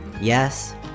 Yes